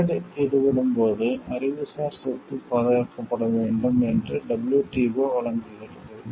trade வர்த்தகம் ஈடுபடும்போது அறிவுசார் சொத்து பாதுகாக்கப்பட வேண்டும் என்று WTO வழங்குகிறது